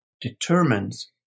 determines